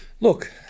Look